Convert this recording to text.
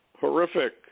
horrific